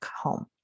home